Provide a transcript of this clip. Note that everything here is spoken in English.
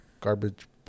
garbage